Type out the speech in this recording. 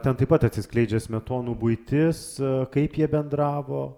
ten taip pat atsiskleidžia smetonų buitis kaip jie bendravo